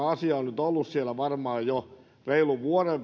asia on on nyt ollut siellä oikeusministeriössä varmaan jo reilun vuoden